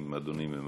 אם אדוני ממהר.